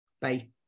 Bye